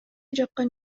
жаккан